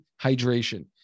hydration